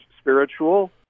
spiritual